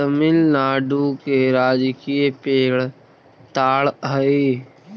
तमिलनाडु के राजकीय पेड़ ताड़ हई